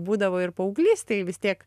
būdavo ir paauglystėj vis tiek